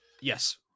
Yes